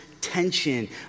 tension